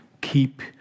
keep